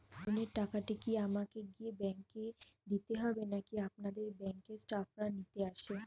লোনের টাকাটি কি আমাকে গিয়ে ব্যাংক এ দিতে হবে নাকি আপনাদের ব্যাংক এর স্টাফরা নিতে আসে?